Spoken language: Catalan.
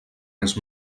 res